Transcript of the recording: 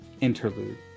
interlude